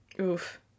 Oof